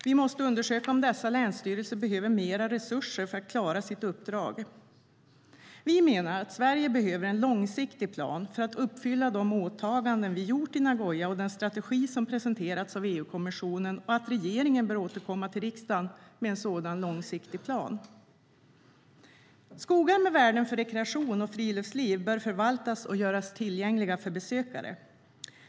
Vi måste undersöka om dessa länsstyrelser behöver mer resurser för att klara sitt uppdrag. Vi menar att Sverige behöver en långsiktig plan för att uppfylla de åtaganden vi har gjort i Nagoya och den strategi som presenterats av EU-kommissionen samt att regeringen bör återkomma till riksdagen med en sådan långsiktig plan. Skogar med värden för rekreation och friluftsliv bör förvaltas och göras tillgängliga för besökare.